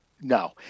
no